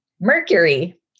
mercury